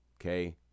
okay